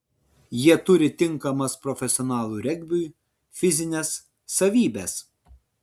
jie turi tinkamas profesionalų regbiui fizines savybes